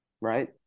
right